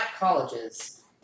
Colleges